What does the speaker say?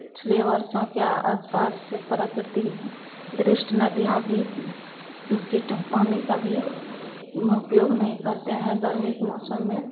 पिछले वर्षों के आस पास से प्राकृतिक दृष्टि नदियाँ भी दूषित ओह पानी का भी उपयोग नहीं करते हैं गर्मी के मौसम में